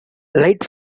light